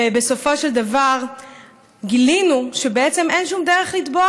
בסופו של דבר גילינו שבעצם אין שום דרך לתבוע